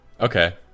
Okay